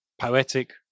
poetic